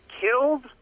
killed